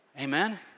Amen